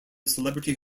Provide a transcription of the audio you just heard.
celebrity